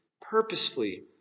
purposefully